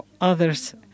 others